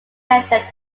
method